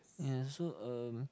ya so um